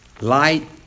Light